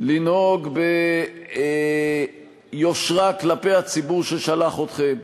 לנהוג ביושרה כלפי הציבור ששלח אתכם,